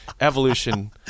evolution